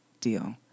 deal